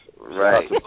Right